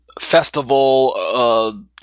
festival